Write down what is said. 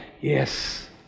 yes